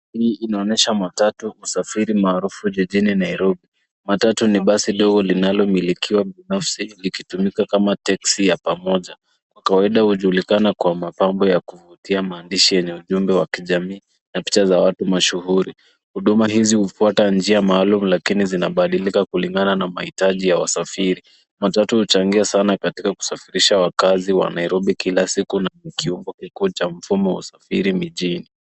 Hii inaonyesha matatu usafiri maarufu jijini Nairobi. Matatu ni basi dogo linalomilikiwa binafsi likitumika kama teksi ya pamoja. Kwa kawaida hujulikana kwa mapambo ya kuvutia, maandishi yenye ujumbe wa kijamii na picha za watu mashuhuri. Huduma hizi hufuata njia maalum lakini zinabadilika kulingana na mahitaji ya wasafiri. Matatu huchangia sana katka kusafirisha wakazi wa Nairobi kila siku na kiungo kikuu cha mfumo wa usafiri mijini.